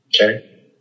Okay